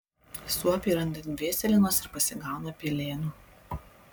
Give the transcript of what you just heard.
suopiai randa dvėselienos ar pasigauna pelėnų